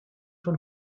von